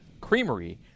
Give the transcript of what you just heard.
Creamery